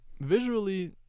visually